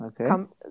Okay